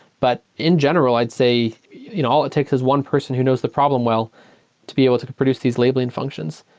but in general, i'd say you know all it takes is one person who knows the problem well to be able to produce these labeling functions.